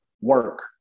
work